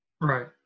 Right